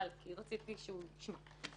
חבל, כי רציתי שהוא ישמע.